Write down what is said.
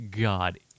God